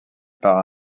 par